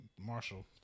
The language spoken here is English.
Marshall